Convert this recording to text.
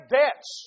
debts